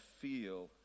feel